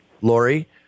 Lori